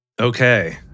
Okay